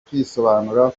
kwisobanura